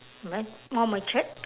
more matured